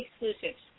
exclusives